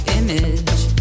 image